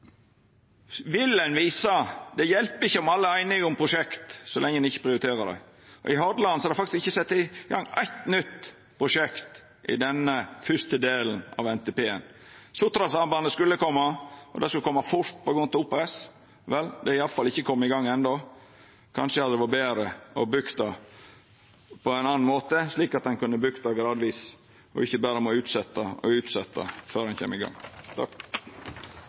Det hjelper ikkje om alle er einige om prosjekt, så lenge ein ikkje prioriterer dei. I Hordaland er det faktisk ikkje sett i gang eitt nytt prosjekt i denne fyrste delen av NTP-en. Sotrasambandet skulle koma, og det skulle koma fort på grunn av OPS. Det har i alle fall ikkje kome i gang enno. Kanskje det hadde vore betre å byggja det på ein annan måte, slik at ein kunne ha bygt det gradvis og ikkje berre må utsetja og utsetja før ein kjem i gang.